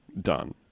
done